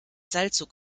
seilzug